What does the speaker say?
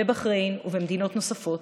בבחריין ובמדינות נוספות,